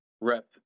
rep